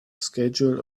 schedule